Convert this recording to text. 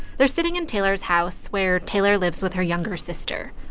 they're sitting in taylor's house where taylor lives with her younger sister.